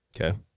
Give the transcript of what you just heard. Okay